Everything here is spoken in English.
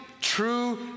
true